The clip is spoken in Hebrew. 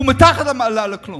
הוא מתחת לכלום.